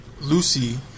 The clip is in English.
lucy